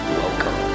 welcome